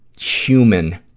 human